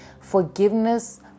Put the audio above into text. forgiveness